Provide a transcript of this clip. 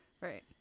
Right